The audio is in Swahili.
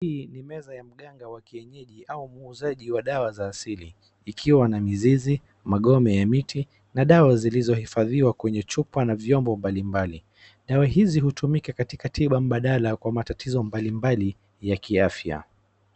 Hii ni meza ya mganga wa kienyeji au muuzaji wa dawa za asili, ikiwa na mizizi, magome ya miti na dawa zilizohifadhiwa kwenye chupa na vyombo mbalimbali. Dawa hizi hutumika katika tiba mbadala kwa matatizo mbalimbali ya kiafya.